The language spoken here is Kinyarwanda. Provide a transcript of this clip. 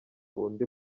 undi